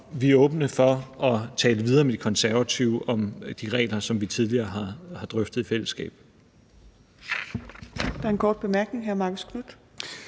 vi er åbne for at tale videre med De Konservative om de regler, som vi tidligere har drøftet i fællesskab.